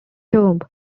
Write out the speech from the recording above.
tomb